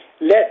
Let